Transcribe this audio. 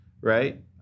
right